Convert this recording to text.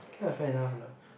okay lah fair enough lah